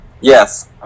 Yes